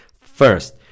first